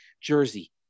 jersey